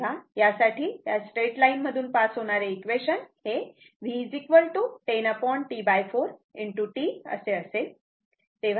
तेव्हा यासाठी या स्ट्रेट लाईन मधून पास होणारे इक्वेशन हे V 10T4 t असे असेल